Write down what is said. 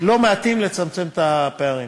לא מעטים כדי לצמצם את הפערים,